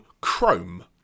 Chrome